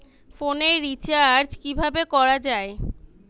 ফোনের রিচার্জ কিভাবে করা যায়?